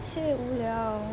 sian 无聊